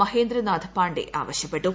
മഹേന്ദ്രനാഥ് പാണ്ഡെ ആവശ്യപ്പെട്ടു